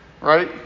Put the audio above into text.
right